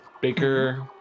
Baker